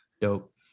dope